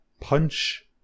Punch